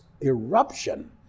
eruption